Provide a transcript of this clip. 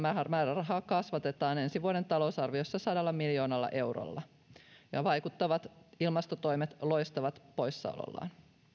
määrärahaa kasvatetaan ensi vuoden talousarviossa sadalla miljoonalla eurolla ja vaikuttavat ilmastotoimet loistavat poissaolollaan